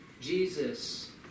Jesus